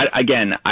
again